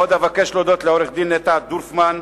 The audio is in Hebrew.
עוד אבקש להודות לעורכת-הדין נטע דורפמן,